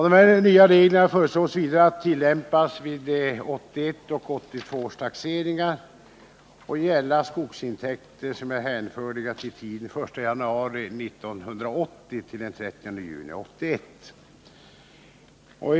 De nya reglerna föreslås vidare bli tillämpade vid 1981 och 1982 års taxeringar och gälla skogsintäkter hänförliga till tiden den 1 januari 1980-den 30 juni 1981.